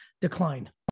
decline